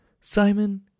Simon &